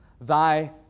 Thy